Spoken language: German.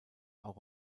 auch